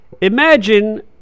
Imagine